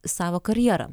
savo karjerą